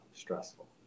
stressful